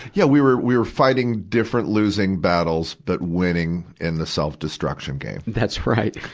yeah, we were we were fighting different, losing battles, but winning in the self-destruction game. that's right.